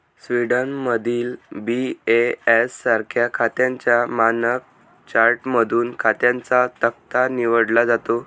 स्वीडनमधील बी.ए.एस सारख्या खात्यांच्या मानक चार्टमधून खात्यांचा तक्ता निवडला जातो